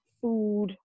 food